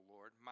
Lord